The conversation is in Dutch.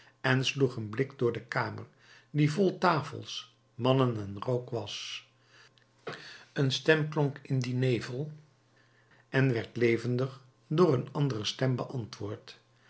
en sloeg een blik door de kamer die vol tafels mannen en rook was een stem klonk in dien nevel en werd levendig door een andere stem beantwoord